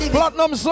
Platinum